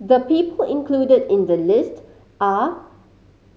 the people included in the list are